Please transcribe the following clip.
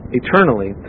eternally